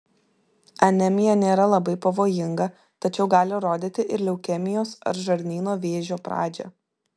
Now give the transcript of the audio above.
anemija nėra labai pavojinga tačiau gali rodyti ir leukemijos ar žarnyno vėžio pradžią